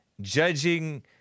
judging